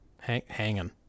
hanging